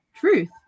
truth